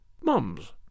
Mums